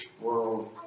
world